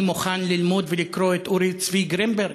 אני מוכן ללמוד ולקרוא את אורי צבי גרינברג,